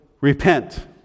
repent